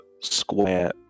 Square